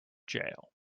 jail